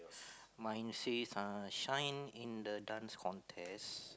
mine says err Shine in the Dance Contest